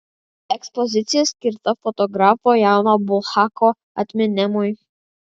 ekspozicija skirta fotografo jano bulhako atminimui